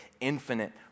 infinite